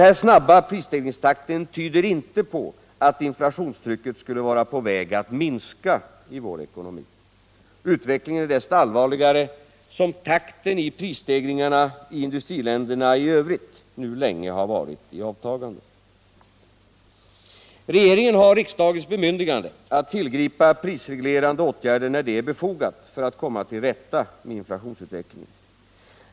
Denna snabba prisstegringstakt tyder inte på att inflationstrycket skulle vara på väg att minska I vår ckonomi. Utvecklingen är desto allvarligare som takten för prisstegringarna i industriländerna i övrigt nu länge har varit i avtagande. Regeringen har riksdagens bemyndigande att tillgripa prisreglerande åtgärder när det är befogat för att komma till rätta med inflationsutvecklingen.